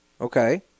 Okay